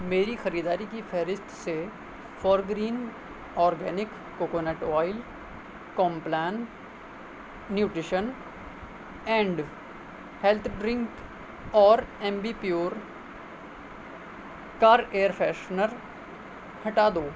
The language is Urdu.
میری خریداری کی فہرست سے four green organic coconut oil Complan nutrition and health drink اور Ambi Pur car air freshener ہٹا دو